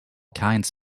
kinds